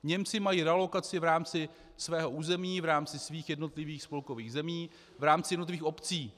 Němci mají realokaci v rámci svého území, v rámci svých jednotlivých spolkových zemí, v rámci jednotlivých obcí.